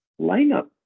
lineup